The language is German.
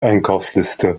einkaufsliste